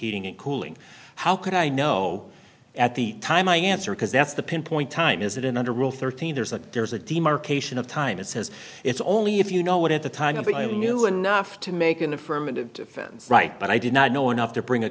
heating and cooling how could i know at the time my answer because that's the pinpoint time is it in under rule thirteen there's a there's a demarcation of time it says it's only if you know what at the time of the new enough to make an affirmative defense right but i did not know enough to bring a